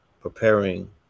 preparing